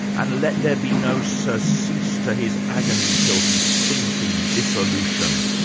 and let there be no surcease to his agony till he sink in dissolution.